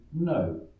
no